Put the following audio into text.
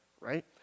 right